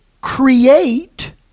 create